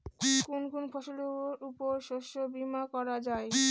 কোন কোন ফসলের উপর শস্য বীমা করা যায়?